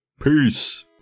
Peace